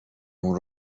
اون